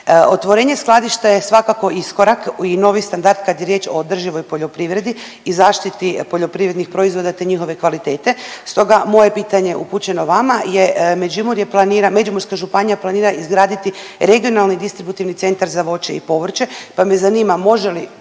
Otvorenja skladišta je svakako iskorak u novi standard kad je riječ o održivoj poljoprivredi i zaštiti poljoprivrednih proizvoda te njihove kvalitete, stoga moje pitanje upućeno vama je, Međimurje planira, Međimurska županija planira izgraditi regionalni distributivni centar za voće i povrće pa me zanima može li